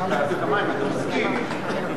אם אתה מסכים.